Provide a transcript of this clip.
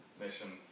mission